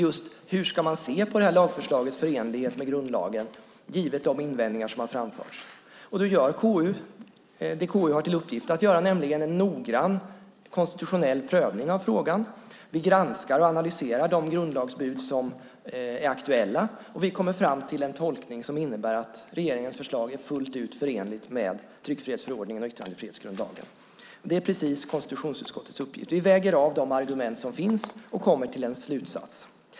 Hur ska man se på detta lagförslags förenlighet med grundlagen givet de invändningar som har framförts? KU gör då det KU har till uppgift att göra, nämligen en noggrann konstitutionell prövning av frågan. Vi granskar och analyserar de grundlagsbud som är aktuella, och vi kommer fram till en tolkning som innebär att regeringens förslag är fullt ut förenligt med tryckfrihetsförordningen och yttrandefrihetsgrundlagen. Det är konstitutionsutskottets uppgift. Vi väger av de argument som finns och kommer till en slutsats.